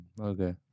okay